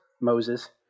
Moses